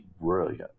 brilliant